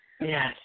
Yes